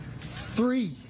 three